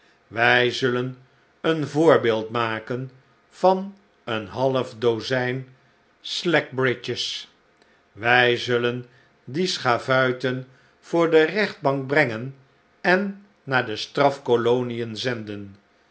wij zullen een voorbeeld maken van een half dozijn slackbridge's wij zullen die schavuiten voor de rechtbank brengen en naar de straf kolonien zenden